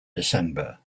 december